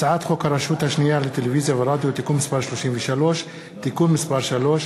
הצעת חוק הרשות השנייה לטלוויזיה ורדיו (תיקון מס' 33) (תיקון מס' 3),